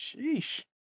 Sheesh